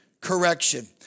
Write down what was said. correction